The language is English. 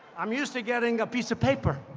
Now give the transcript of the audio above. i'm used to getting a piece of paper.